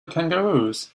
kangaroos